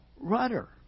rudder